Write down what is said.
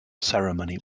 ceremony